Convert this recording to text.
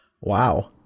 Wow